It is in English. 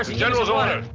ah general's orders.